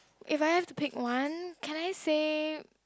if I have to pick one can I say